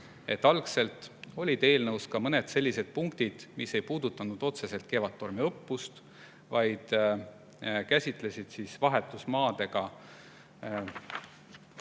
Algselt olid eelnõus ka mõned sellised punktid, mis ei puudutanud otseselt Kevadtormi õppust, vaid käsitlesid vahetusmaadega kaasnevaid